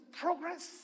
progress